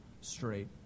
straight